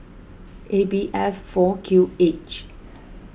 A B F four Q H